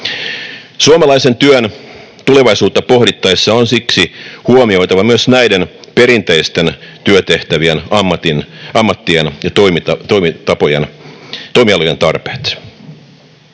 Suomalaisen työn tulevaisuutta pohdittaessa on siksi huomioitava myös näiden perinteisten työtehtävien, ammattien ja toimialojen tarpeet.